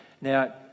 now